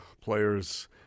players